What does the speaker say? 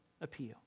appeal